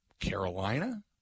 Carolina